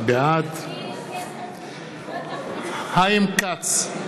בעד חיים כץ,